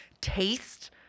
taste